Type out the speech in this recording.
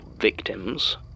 victims